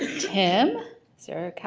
tim sir